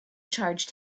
charged